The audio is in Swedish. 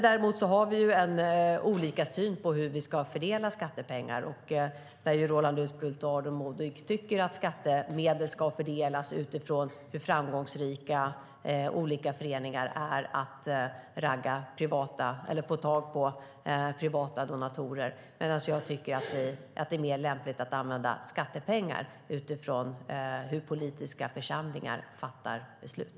Däremot har vi olika syn på hur vi ska fördela skattepengar. Roland Utbult och Aron Modig tycker att skattemedel ska fördelas utifrån hur framgångsrika olika föreningar är när det gäller att få tag på privata donatorer, medan jag tycker att det är mer lämpligt att använda skattepengar utifrån hur politiska församlingar fattar beslut.